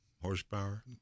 horsepower